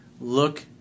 look